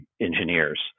engineers